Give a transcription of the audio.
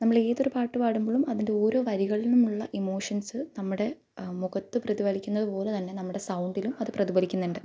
നമ്മൾ ഏതൊരു പാട്ട് പാടുമ്പോളും അതിൻ്റെ ഓരോ വരികളിൽ നിന്നുമുള്ള ഇമോഷൻസ് നമ്മുടെ മുഖത്ത് പ്രതിഭലിക്കുന്നത് പോലെ തന്നെ നമ്മുടെ സൗണ്ടിലും അത് പ്രതിഭലിക്കുന്നുണ്ട്